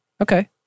Okay